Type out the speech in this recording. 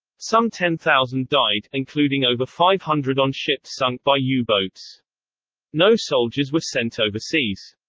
some ten thousand died, including over five hundred on ships sunk by yeah u-boats. no soldiers were sent overseas.